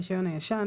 הרישיון הישן),